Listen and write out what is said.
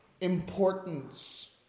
importance